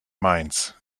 mainz